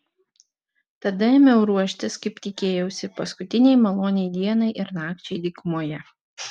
tada ėmiau ruoštis kaip tikėjausi paskutinei maloniai dienai ir nakčiai dykumoje